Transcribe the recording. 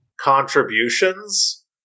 contributions